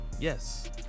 yes